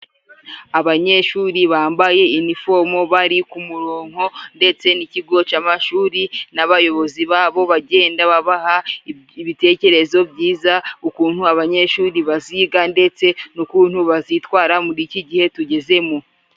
Abanyeshuri bambaye inifomo bari ku murongo, ndetse n'ikigo c'amashuri n'abayobozi babo bagenda babaha ibitekerezo byiza, ukuntu abanyeshuri baziga ndetse n'ukuntu bazitwara muri iki gihe tugezemo.